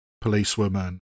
policewoman